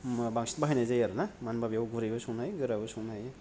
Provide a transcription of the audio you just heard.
बांसिन बाहायनाय जायो आरो ना मानोना बेयाव गुरैबो संनो हायो गोराबो संनो हायो